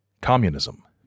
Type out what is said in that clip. communism